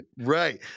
Right